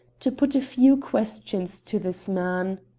to put a few questions to this man?